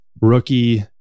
rookie